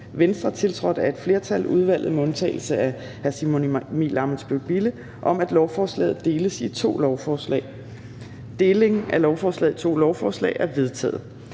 nr. 1, tiltrådt af et flertal (udvalget med undtagelse af Simon Emil Ammitzbøll-Bille (UFG)), om, at lovforslaget deles i to lovforslag? Deling af lovforslaget i to lovforslag er vedtaget.